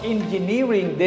Engineering